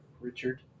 Richard